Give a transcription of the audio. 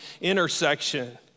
intersection